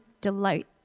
delight